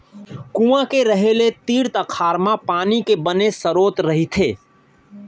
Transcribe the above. कुँआ के रहें ले तीर तखार म पानी के बने सरोत रहिथे